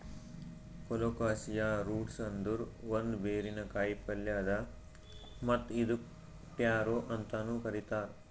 colocasia roots ಅಂದುರ್ ಒಂದ್ ಬೇರಿನ ಕಾಯಿಪಲ್ಯ್ ಅದಾ ಮತ್ತ್ ಇದುಕ್ ಟ್ಯಾರೋ ಅಂತನು ಕರಿತಾರ್